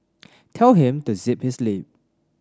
tell him to zip his lip